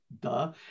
duh